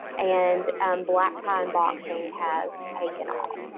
and and black tie and boxing has taken off.